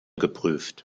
geprüft